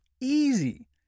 easy